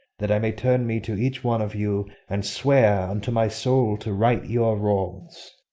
that i may turn me to each one of you and swear unto my soul to right your wrongs.